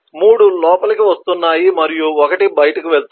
3 లోపలికి వస్తున్నాయి మరియు ఒకటి బయటకు వెళుతుంది